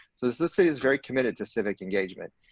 this this is very committed to civic engagement,